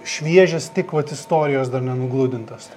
šviežias tik vat istorijos dar nenugludintas